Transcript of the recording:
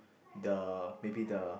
the maybe the